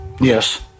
Yes